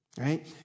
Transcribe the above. right